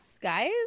guys